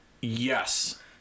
yes